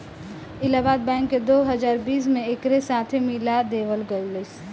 Allahabad bank के दो हजार बीस में एकरे साथे मिला देवल गईलस